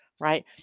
right